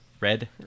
red